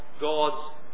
God's